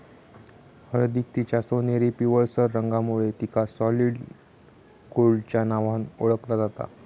हळदीक तिच्या सोनेरी पिवळसर रंगामुळे तिका सॉलिड गोल्डच्या नावान ओळखला जाता